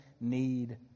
need